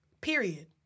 Period